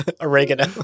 Oregano